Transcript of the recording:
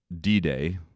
D-Day